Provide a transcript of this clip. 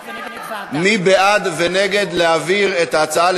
מי בעד ומי נגד להעביר את ההצעות האלה